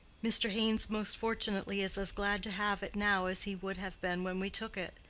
mr. haynes most fortunately is as glad to have it now as he would have been when we took it.